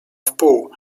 wpół